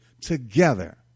together